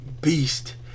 beast